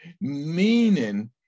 meaning